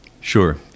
Sure